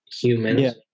humans